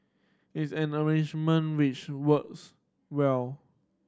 it's an arrangement which works well